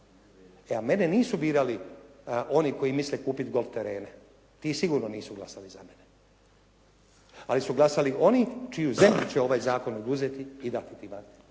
A mene nisu birali oni koji misle kupiti golf terene. Ti sigurno nisu glasali za mene. Ali su glasali oni čiju zemlju će ovaj zakon oduzeti i dati tima